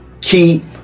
keep